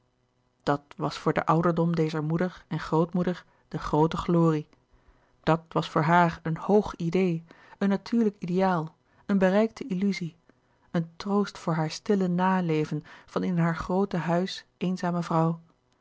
dat was voor den ouderdom dezer moeder en grootmoeder de groote glorie dat was voor haar een hoog idee een natuurlijk ideaal een bereikte illuzie een troost voor haar stille na leven van in haar groote huis eenzame vrouw